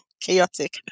Chaotic